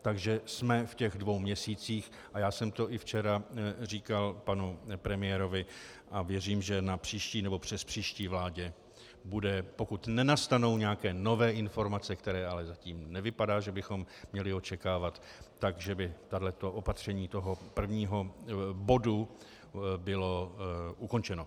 Takže jsme v těch dvou měsících, a já jsem to i včera říkal panu premiérovi a věřím, že na příští nebo přespříští vládě bude, pokud nenastanou nějaké nové informace, které ale zatím nevypadá, že bychom měli očekávat, tak že by toto opatření toho prvního bodu bylo ukončeno.